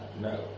No